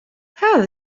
هذا